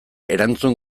erantzun